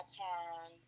turn